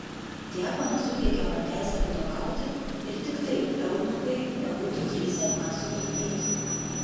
diakonas suteikė man teisę vadovauti ir tik taip eunuchai nebūtų drįsę man sutrukdyti